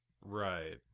Right